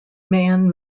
man